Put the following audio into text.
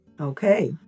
Okay